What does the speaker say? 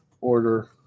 order